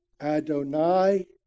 Adonai